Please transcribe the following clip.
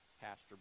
Pastor